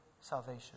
salvation